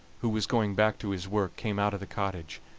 who was going back to his work, came out of the cottage,